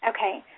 Okay